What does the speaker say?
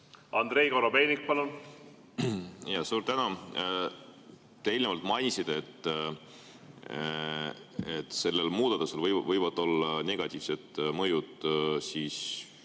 Andrei Korobeinik, palun! Suur tänu! Te eelnevalt mainisite, et sellel muudatusel võivad olla negatiivsed mõjud